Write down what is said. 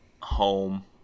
Home